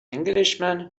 englishman